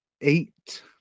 eight